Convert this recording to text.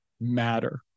matter